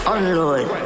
Unload